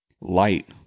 Light